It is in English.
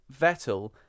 vettel